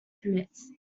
permits